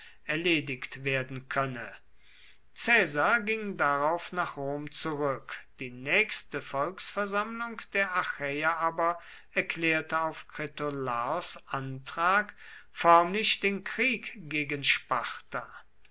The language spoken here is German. erledigt werden könne caesar ging darauf nach rom zurück die nächste volksversammlung der achäer aber erklärte auf kritolaos antrag förmlich den krieg gegen sparta